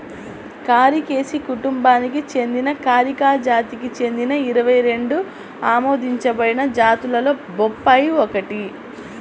కారికేసి కుటుంబానికి చెందిన కారికా జాతికి చెందిన ఇరవై రెండు ఆమోదించబడిన జాతులలో బొప్పాయి ఒకటి